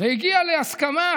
והגיעה להסכמה,